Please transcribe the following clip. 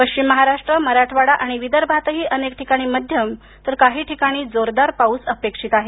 पश्चिम महाराष्ट्र मराठवाडा आणि विदर्भातही अनेक ठिकाणी मध्यम तर काही ठिकाणी जोरदार पाऊस अपेक्षित आहे